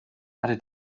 hatte